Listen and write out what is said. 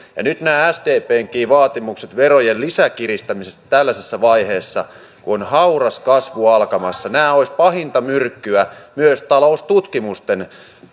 ja nyt nämä sdpnkin vaatimukset verojen lisäkiristämisestä tällaisessa vaiheessa kun on hauras kasvu alkamassa olisivat pahinta myrkkyä myös taloustutkimusten